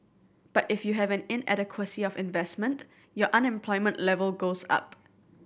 but if you have an inadequacy of investment your unemployment level goes up